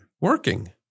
Working